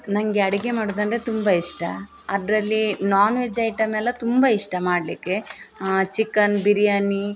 ನನಗೆ ಅಡುಗೆ ಮಾಡೋದೆಂದ್ರೆ ತುಂಬ ಇಷ್ಟ ಅದರಲ್ಲಿ ನಾನ್ವೆಜ್ ಐಟಮೆಲ್ಲ ತುಂಬ ಇಷ್ಟ ಮಾಡಲಿಕ್ಕೆ ಚಿಕನ್ ಬಿರ್ಯಾನಿ